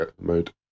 mode